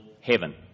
heaven